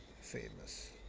famous